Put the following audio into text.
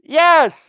yes